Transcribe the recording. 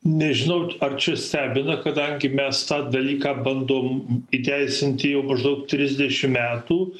nežinau ar čia stebina kadangi mes tą dalyką bandom įteisinti jau maždaug trisdešim metų